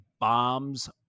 bombs